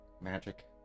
magic